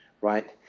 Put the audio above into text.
right